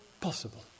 possible